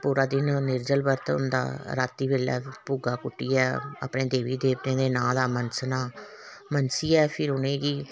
पूरा दिन निर्जल बरत होंदा रातीं बेल्लै भुग्गा कुट्टियै अपने देवी देवतें दे नांऽ दा मनसना मनसियै फिर उ'नेंगी